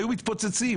היו מתפוצצים.